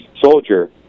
soldier